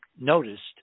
noticed